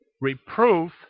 reproof